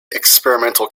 experimental